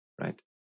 Right